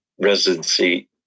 residency